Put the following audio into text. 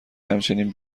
همچنین